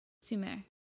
Sumer